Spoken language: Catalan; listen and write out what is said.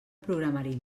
programari